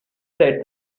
said